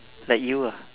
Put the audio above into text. like you ah